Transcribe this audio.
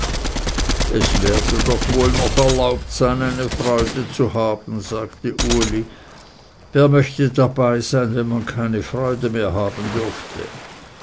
es werde doch wohl erlaubt sein eine freude zu haben sagte uli wer möchte dabeisein wenn man keine freude mehr haben dürfte